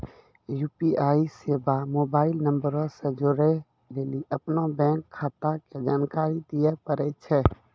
UPI सेबा mobile नंबरो से जोड़ै लेली अपनो बैंक खाता के जानकारी दिये पड़ै छै